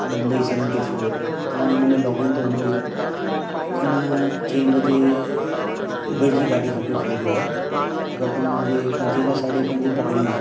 Mumbai seventy four तव्हां हिन में लोगिन त हूंदो ई मूंखे न चई बजे उबेर जी गाॾी खपे फ़ॉर विलर छाकाणि त मुंहिंजे पंजे खां साढे पंजे पॻिड़ियूं आहिनि